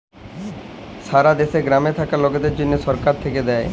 সারা দ্যাশে গ্রামে থাক্যা লকদের জনহ সরকার থাক্যে দেয়